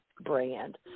brand